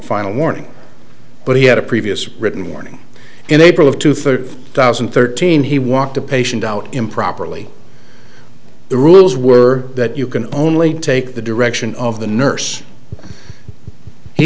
final warning but he had a previous written warning in april of two thirty thousand and thirteen he walked a patient out improperly the rules were that you can only take the direction of the nurse he